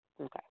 Okay